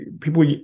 people